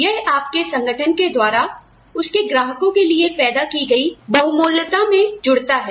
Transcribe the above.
यह आपके संगठन के द्वारा उसके ग्राहकों के लिए पैदा की गई बहुमूल्यता में जुड़ता है